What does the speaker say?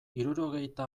hirurogeita